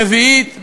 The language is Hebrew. רביעית,